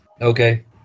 Okay